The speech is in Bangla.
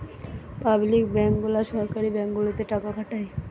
পাবলিক ব্যাংক গুলা সরকারি ব্যাঙ্ক গুলাতে টাকা খাটায়